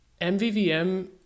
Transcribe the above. MVVM